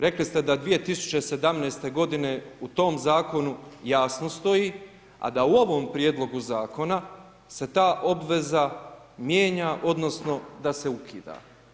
Rekli ste da 2017.g. u tom zakonu jasno stoji, a da u ovom prijedlogu zakonu se ta obveza mijenja, odnosno, da se ukida.